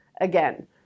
Again